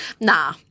Nah